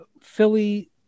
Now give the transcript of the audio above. Philly